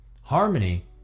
harmony